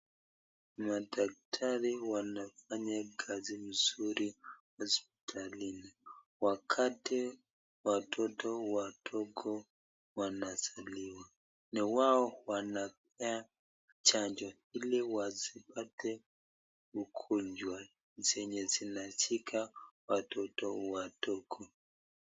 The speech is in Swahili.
Madaktari wanafanya kazi mzuri hosiptalini wakati watoto wadogo wanazaliwa, ni wao wanapea chanjo ili wasipate ugonjwa zenye zinashika watoto wadogo.